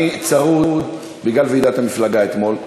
אני צרוד בגלל ועידת המפלגה אתמול,